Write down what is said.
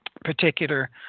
particular